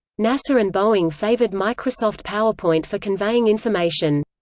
nasa and boeing favored microsoft powerpoint for conveying information.